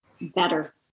better